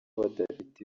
badafite